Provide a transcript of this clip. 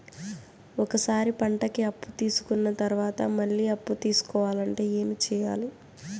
ఒక సారి పంటకి అప్పు తీసుకున్న తర్వాత మళ్ళీ అప్పు తీసుకోవాలంటే ఏమి చేయాలి?